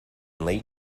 late